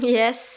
yes